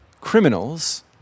criminals